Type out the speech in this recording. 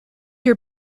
your